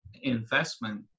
Investment